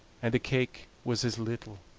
and the cake was as little.